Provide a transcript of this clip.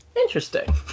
interesting